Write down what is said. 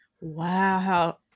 Wow